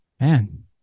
man